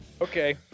okay